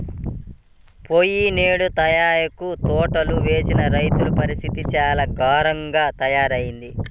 పోయినేడు తేయాకు తోటలు వేసిన రైతుల పరిస్థితి చాలా ఘోరంగా తయ్యారయింది